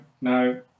no